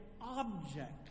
object